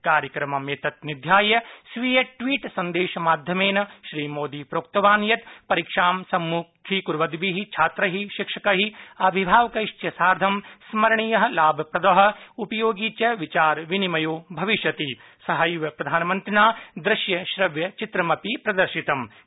कार्यक्रममेतत् निध्याय स्वीयट्वीटसंदेशमाध्यमेन श्री मोदी प्रोक्तवान् यत परीक्षां सम्मुखीकुर्वन्द्रि छात्रै शिक्षकै अभिभावकैश्च साधं स्मरणीय लाभप्रद उपयोगी च विचारविनिमयो भविष्यति सहैव प्रधानमन्त्रिणा दृश्यश्रव्यचित्रमपि प्रदर्शितमस्ति